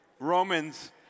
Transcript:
Romans